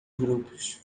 grupos